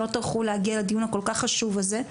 שלא טרחו להגיע לדיון הכל כך חשוב הזה,